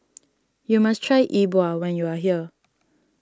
you must try E Bua when you are here